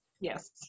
Yes